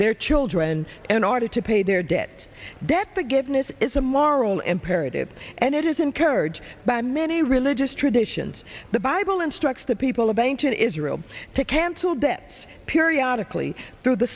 their children in order to pay their debt debt forgiveness is a moral imperative and it is incurred by many religious traditions the bible instructs the people of ancient israel to cancel debts periodically through the